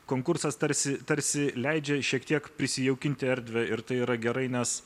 konkursas tarsi tarsi leidžia šiek tiek prisijaukinti erdvę ir tai yra gerai nes